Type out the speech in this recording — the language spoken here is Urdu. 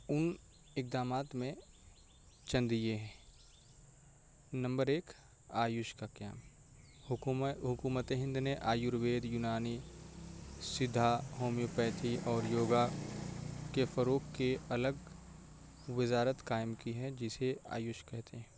ان اقدامات میں چند یہ ہیں نمبر ایک آیوش کا کیمپ حکومت حکومت ہند نے آیوروید یونانی سدھا ہومیوپیتھی اور یوگا کے فروغ کے الگ وزارت قائم کی ہے جسے آیوش کہتے ہیں